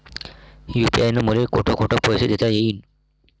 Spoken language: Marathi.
यू.पी.आय न मले कोठ कोठ पैसे देता येईन?